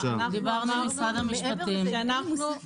אנחנו לא אמרנו שדיברנו איתה.